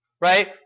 right